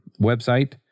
website